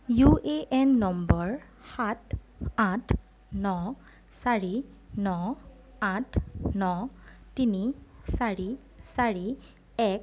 U A N নম্বৰ সাত আঠ ন চাৰি ন আঠ ন তিনি চাৰি চাৰি এক